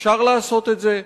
אפשר לעשות את זה,